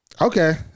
Okay